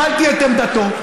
קיבלתי את עמדתו,